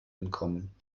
entkommen